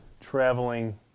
traveling